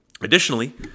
Additionally